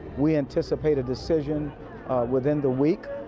we anticipate a decision within the week,